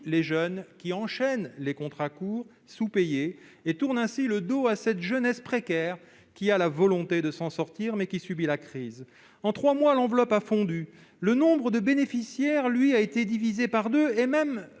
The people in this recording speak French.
les jeunes qui enchaînent les contrats courts sous-payés et tourne ainsi le dos à cette jeunesse précaire qui a la volonté de s'en sortir, mais qui subit la crise. En trois mois, l'enveloppe a fondu ; le nombre de bénéficiaires, quant à lui, a été divisé par deux et même